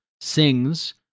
sings